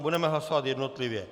A budeme hlasovat jednotlivě.